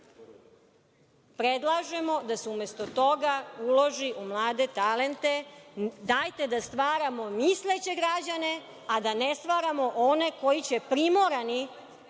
dinara. Predlažemo da se umesto toga uloži u mlade talente. Dajte da stvaramo misleće građane, a da ne stvaramo one koji će primorani